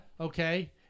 Okay